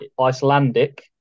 Icelandic